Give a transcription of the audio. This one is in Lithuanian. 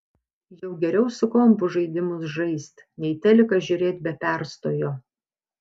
jau geriau su kompu žaidimus žaist nei teliką žiūrėt be perstojo